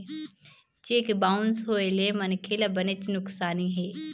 cheque bounce होए ले मनखे ल बनेच नुकसानी हे